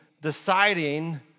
deciding